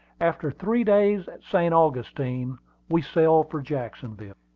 after three days at st. augustine we sailed for jacksonville.